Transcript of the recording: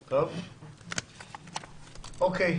אוקיי.